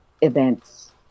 events